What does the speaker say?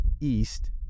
East